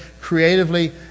creatively